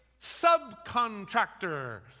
subcontractor